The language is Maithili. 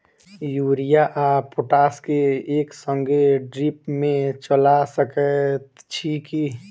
यूरिया आ पोटाश केँ एक संगे ड्रिप मे चला सकैत छी की?